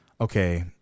okay